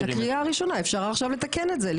בקריאה הראשונה אפשר עכשיו לתקן את זה.